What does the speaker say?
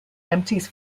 empties